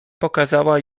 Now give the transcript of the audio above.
pokazała